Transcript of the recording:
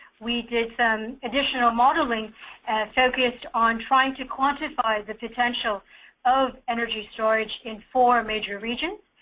we did some additional modeling focused on trying to quantify the potential of energy storage in four major regions,